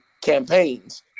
campaigns